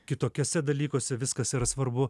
kitokiuose dalykuose viskas yra svarbu